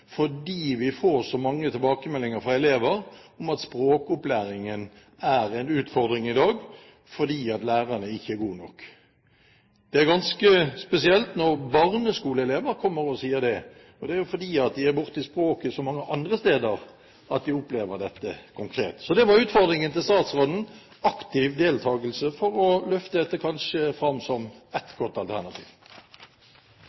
fordi vi får så mange tilbakemeldinger fra elever om at språkopplæringen er en utfordring i dag, fordi lærerne ikke er gode nok. Det er ganske spesielt når barneskoleelever kommer og sier det. De er borti språk så mange andre steder at de opplever dette konkret. Så dette var utfordringen til statsråden – aktiv deltakelse for kanskje å løfte dette fram som